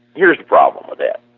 here is the problem with that.